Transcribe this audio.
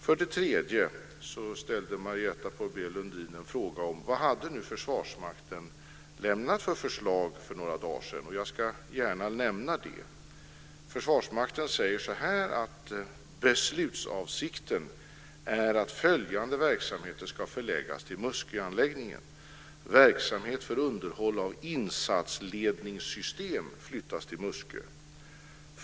Marietta de Pourbaix-Lundins tredje fråga gällde vad Försvarsmakten hade lämnat för förslag för några dagar sedan. Jag ska gärna nämna det. Försvarsmakten säger att beslutsavsikten är att följande verksamheter ska förläggas till Musköanläggningen: Verksamhet för underhåll av insatsledningssystem flyttas till Muskö.